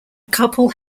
couple